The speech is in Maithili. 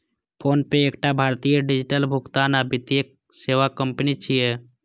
फोनपे एकटा भारतीय डिजिटल भुगतान आ वित्तीय सेवा कंपनी छियै